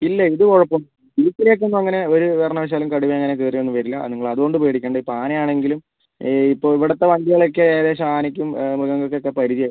ഇല്ല ഇത് കുഴപ്പം ഒന്നും ഇല്ല ജീപ്പിലേക്ക് ഒന്നും അങ്ങനെ ഒരു കാരണവശാലും കടുവ അങ്ങനെ കയറി ഒന്നും വരില്ല അത് നിങ്ങൾ അതുകൊണ്ട് പേടിക്കേണ്ട ഇപ്പം ആന ആണെങ്കിലും ഈ ഇപ്പം ഇവിടുത്തെ വണ്ടികളൊക്കെ ഏകദേശം ആനയ്ക്കും മൃഗങ്ങൾക്കൊക്കെ പരിചയം